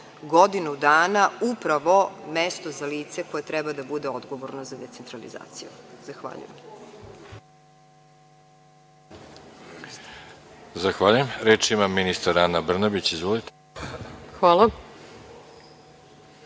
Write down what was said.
godinu dana upravo mesto za lice koje treba da bude odgovorno za decentralizaciju. Zahvaljujem. **Veroljub Arsić** Zahvaljujem. Reč ima ministar Ana Brnabić. Izvolite. **Ana